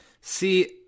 See